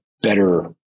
better